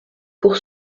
pour